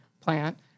plant